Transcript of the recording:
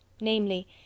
namely